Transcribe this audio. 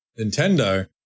Nintendo